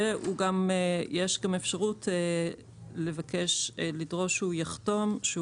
יש גם אפשרות לדרוש שהוא יחתום שהוא